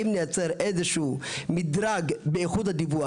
אם נייצר איזשהו מדרג באיכות הדיווח,